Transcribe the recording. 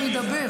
אני אדבר.